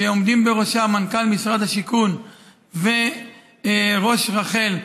שעומדים בראשה מנכ"ל משרד השיכון וראש רח"ל,